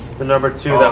the number two,